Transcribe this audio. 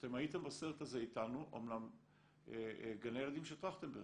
אתם הייתם בסרט הזה איתנו גני הילדים של טרכטנברג,